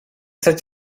such